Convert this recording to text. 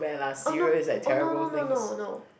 oh no oh no no no no